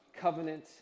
covenant